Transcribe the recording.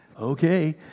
Okay